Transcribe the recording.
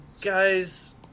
guys